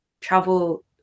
travel